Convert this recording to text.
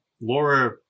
Laura